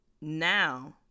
now